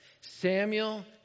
Samuel